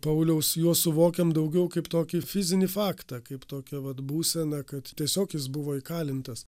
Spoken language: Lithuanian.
pauliaus juos suvokiam daugiau kaip tokį fizinį faktą kaip tokią vat būseną kad tiesiog jis buvo įkalintas